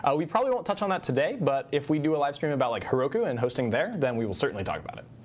ah we probably won't touch on that today, but if we do a livestream about like heroku and hosting there, then we will certainly talk about it.